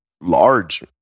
large